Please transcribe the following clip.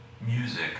music